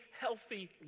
healthy